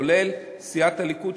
כולל סיעת הליכוד,